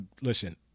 Listen